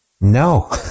no